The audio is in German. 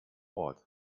ort